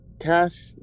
cash